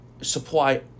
supply